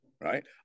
right